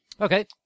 Okay